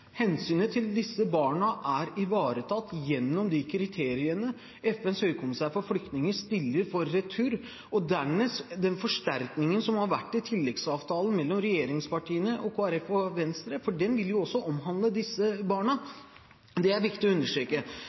Hensynet til disse barna er ivaretatt gjennom de kriteriene FNs høykommissær for flyktninger stiller for returer, og dernest den forsterkningen som har vært i tilleggsavtalen mellom regjeringspartiene og Kristelig Folkeparti og Venstre, for den vil jo også omhandle disse barna. Det er viktig å understreke.